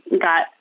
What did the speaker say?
got